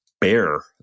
Bear